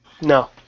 No